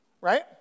right